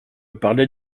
parlais